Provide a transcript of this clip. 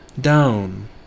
Down